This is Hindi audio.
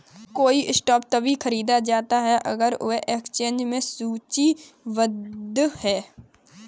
कोई स्टॉक तभी खरीदा जाता है अगर वह एक्सचेंज में सूचीबद्ध है